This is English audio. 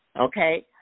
Okay